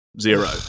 Zero